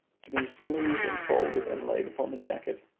to be smoothed and folded and laid upon the jacket.